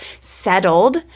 settled